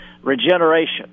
Regeneration